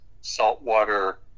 saltwater